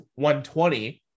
120